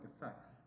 effects